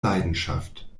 leidenschaft